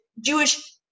Jewish